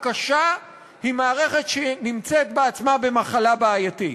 קשה היא מערכת שנמצאת בעצמה במחלה בעייתית.